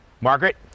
margaret